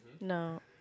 No